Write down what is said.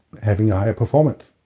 having a higher performance